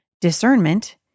discernment